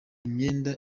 imyenda